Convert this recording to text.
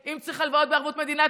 אם צריך הלוואות בערבות מדינה,